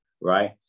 right